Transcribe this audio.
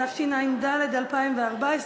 התשע"ד 2014,